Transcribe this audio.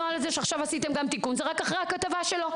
הנוהל הזה שעכשיו עשיתם תיקון זה רק אחרי הכתבה שלו.